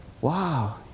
Wow